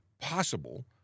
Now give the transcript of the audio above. possible